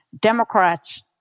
Democrats